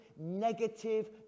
negative